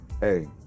Hey